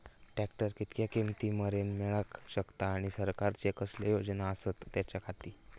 Tractor कितक्या किमती मरेन मेळाक शकता आनी सरकारचे कसले योजना आसत त्याच्याखाती?